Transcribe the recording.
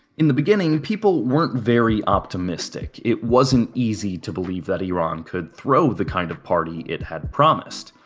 in the beginning, people weren't very optimistic, it wasn't easy to believe that iran could throw the kind of party it had promised.